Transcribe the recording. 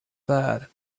sad